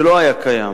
שלא היה קיים.